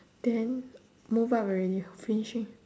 then move up already ah finishing